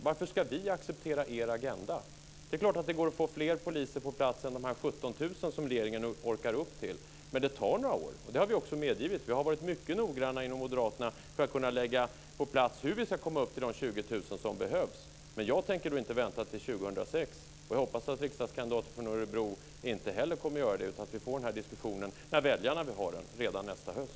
Varför ska vi acceptera er agenda? Det är klart att det går att få fler poliser på plats än de 17 000 som regeringen orkar upp till, men det tar några år. Det har vi också medgivit. Vi har varit mycket noggranna inom moderaterna när vi har angivit hur vi ska kunna komma upp i 20 000, som är det antal som behövs. Jag tänker inte vänta till 2006. Jag hoppas att riksdagskandidater från Örebro inte heller kommer att göra det, utan att vi får denna diskussion när väljarna vill ha den - redan nästa höst.